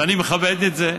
ואני מכבד את זה.